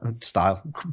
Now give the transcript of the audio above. style